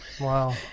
Wow